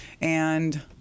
And-